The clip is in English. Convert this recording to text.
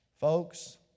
Folks